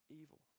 evil